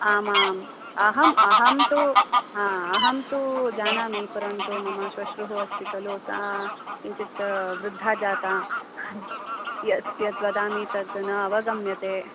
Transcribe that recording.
आम् आम् अहम् अहं तु हा अहं तु जानामि परन्तु मम श्वश्रूः अस्ति खलु सा किञ्चित् वृद्धा जाता यत् यत् वदामि तत् न अवगम्यते